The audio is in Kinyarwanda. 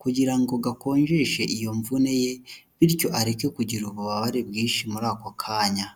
kugira gakonjeshe iyo mvune ye bityo areke kugira ububabare bwinshi muri ako kanya.